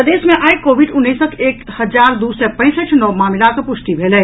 प्रदेश मे आई कोविड उन्नैसक एक हजार दू सय पैंसठि नव मामिलाक पुष्टि भेल अछि